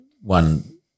one